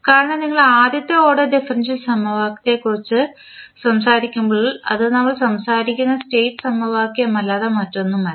കാരണം നിങ്ങൾ ആദ്യത്തെ ഓർഡർ ഡിഫറൻഷ്യൽ സമവാക്യത്തെക്കുറിച്ച് സംസാരിക്കുമ്പോൾ അത് നമ്മൾ സംസാരിക്കുന്ന സ്റ്റേറ്റ് സമവാക്യമല്ലാതെ മറ്റൊന്നുമല്ല